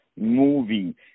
movie